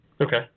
Okay